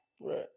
Right